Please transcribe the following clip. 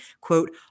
quote